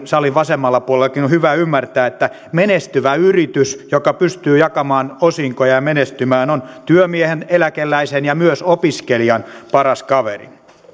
salin vasemmalla puolellakin on hyvä ymmärtää että menestyvä yritys joka pystyy jakamaan osinkoja ja menestymään on työmiehen eläkeläisen ja myös opiskelijan paras kaveri